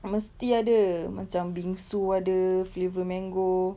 mesti ada macam bingsu ada flavour mango